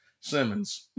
Simmons